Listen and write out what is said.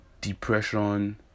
depression